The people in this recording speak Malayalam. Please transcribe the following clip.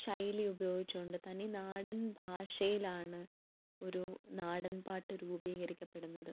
ശൈലി ഉപയോഗിച്ച് കൊണ്ട് തന്നെ തനി നാടൻ ഭാഷയിലാണ് ഒരു നാടൻ പാട്ട് രൂപീകരിക്കപ്പെടുന്നത്